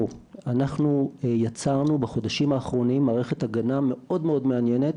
אנחנו יצרנו בחודשים האחרונים מערכת הגנה מאוד מעניינת